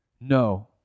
No